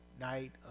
night